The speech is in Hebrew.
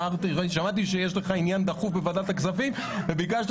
שמעתי שיש לך עניין דחוף בוועדת הכספים וביקשת